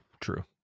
True